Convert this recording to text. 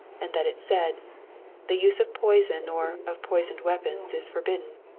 and that it said the use of poison or of poisoned weapons is forbidden.